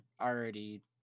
already